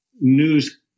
news